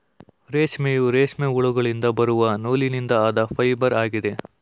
ರೇಷ್ಮೆಯು, ರೇಷ್ಮೆ ಹುಳುಗಳಿಂದ ಬರುವ ನೂಲಿನಿಂದ ಆದ ಫೈಬರ್ ಆಗಿದೆ